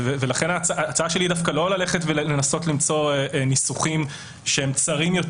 ההצעה שלי היא לא ללכת ולנסות למצוא ניסוחים שהם צרים יותר